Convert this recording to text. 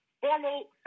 formal